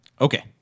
Okay